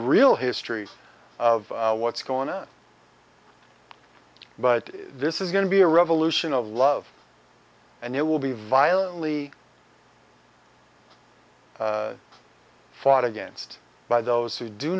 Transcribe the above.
real histories of what's going on but this is going to be a revolution of love and it will be violently fought against by those who do